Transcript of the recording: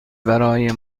برای